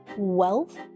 Wealth